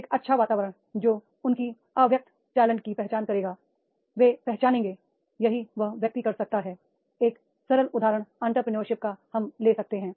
एक अच्छा वातावरण जो उनकी अव्यक्त टैलेंट की पहचान करेगा वे पहचानेंगे यही वह व्यक्ति कर सकता है एक सरल उदाहरण एंटरप्रेन्योरशिप का हम ले सकते हैं